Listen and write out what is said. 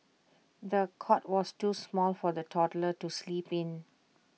the cot was too small for the toddler to sleep in